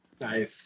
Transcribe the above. Nice